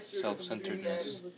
self-centeredness